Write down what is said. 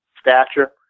stature